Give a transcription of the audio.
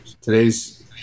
today's